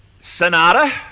Sonata